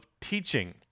teaching